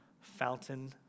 fountain